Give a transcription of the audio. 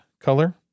color